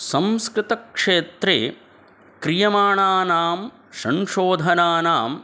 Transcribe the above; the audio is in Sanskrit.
संस्कृतक्षेत्रे क्रियमाणानां संशोधनानां